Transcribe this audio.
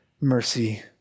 mercy